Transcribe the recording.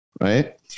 right